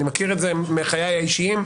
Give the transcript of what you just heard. אני מכיר את זה מחיי האישיים